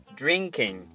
drinking